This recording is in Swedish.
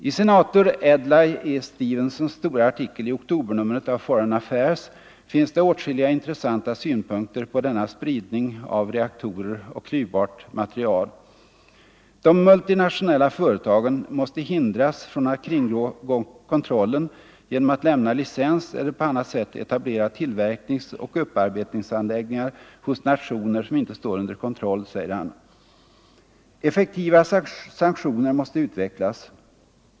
I senator Adlai E. Stevensons stora artikel i oktobernumret av Foreign Affairs finns det åtskilliga intressanta synpunkter på denna spridning av reaktorer och klyvbart material. ”De multinationella företagen måste hindras från att kringgå kontrollen genom att lämna licens eller på annat sätt etablera tillverkningsoch upparbetningsanläggningar hos nationer som inte står under kontroll”, säger han. Effektiva sanktioner måste utvecklas.